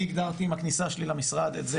אני הגדרתי עם הכניסה שלי למשרד את זה